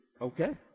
Okay